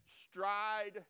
stride